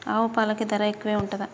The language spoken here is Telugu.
ఆవు పాలకి ధర ఎక్కువే ఉంటదా?